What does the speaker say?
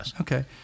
Okay